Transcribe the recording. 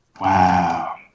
Wow